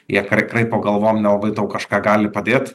jie kraipo galvom nelabai tau kažką gali padėt